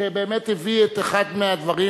שהביא את אחד הדברים,